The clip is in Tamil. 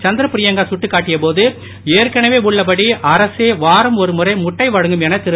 சந்திர பிரியங்கா சுட்டிக்காட்டிய போது ஏற்கனவே உள்ளபடி அரசே வாரம் ஒருமுறை முட்டை வழங்கும் என திரு